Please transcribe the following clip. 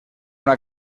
una